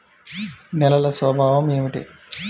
నేలల స్వభావం ఏమిటీ?